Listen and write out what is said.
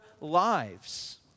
lives